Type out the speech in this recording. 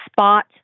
spot